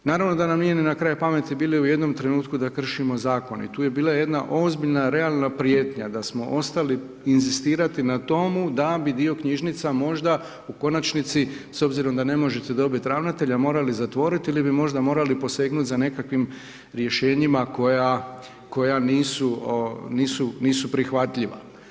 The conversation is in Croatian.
Naravno da nam nije ni na kraj pameti bilo i u jednom trenutku da kršimo zakone i tu je bila jedna ozbiljna realna prijetnja da smo ostali inzistirati na tome da bi dio knjižnica možda u konačnici s obzirom da ne možete dobiti ravnatelja morali zatvoriti ili bi možda morali posegnuti za nekakvim rješenjima koja nisu prihvatljiva.